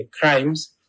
crimes